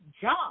job